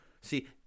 See